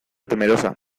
temerosa